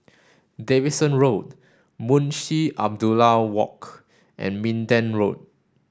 Davidson Road Munshi Abdullah Walk and Minden Road